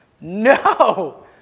No